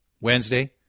Wednesday